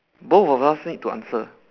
both of us need to answer